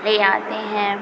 ले आते हैं